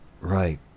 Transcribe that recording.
Right